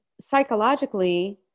psychologically